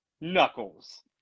knuckles